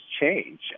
change